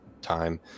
time